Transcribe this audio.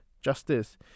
justice